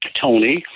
Tony